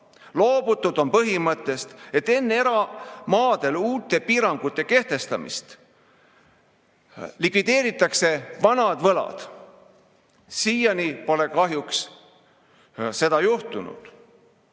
Loobutud on põhimõttest, et enne eramaadel uute piirangute kehtestamist likvideeritakse vanad võlad. Siiani pole kahjuks seda juhtunud